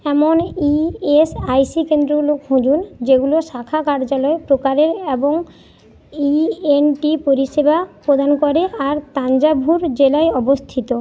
এমন ইএসআইসি কেন্দ্রগুলো খুঁজুন যেগুলো শাখা কার্যালয় প্রকারে এবং ইএনটি পরিষেবা প্রদান করে আর তাঞ্জাভুর জেলায় অবস্থিত